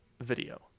video